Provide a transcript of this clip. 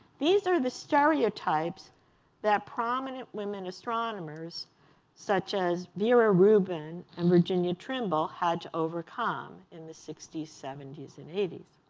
these are the stereotypes that prominent women astronomers such as vera reuben and virginia trimble had to overcome in the sixty s, seventy s, and eighty s.